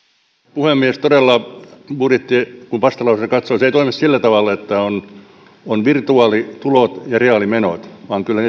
puhemies todella kun budjettivastalauseita katsoo se ei toimi sillä tavalla että on on virtuaalitulot ja reaalimenot vaan kyllä